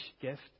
gift